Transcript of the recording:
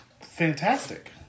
fantastic